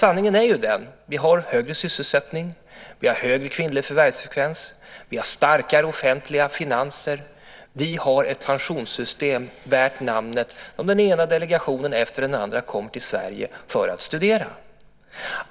Sanningen är ju den att vi har en högre sysselsättning, högre kvinnlig förvärvsfrekvens, starkare offentliga finanser och ett pensionssystem värt namnet som den ena delegationen efter den andra kommer till Sverige för att studera.